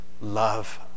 love